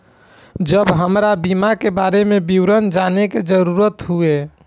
जब हमरा बीमा के बारे में विवरण जाने के जरूरत हुए?